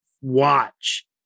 watch